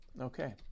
Okay